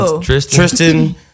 Tristan